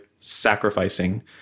sacrificing